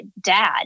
dad